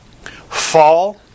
fall